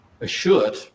assured